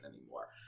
anymore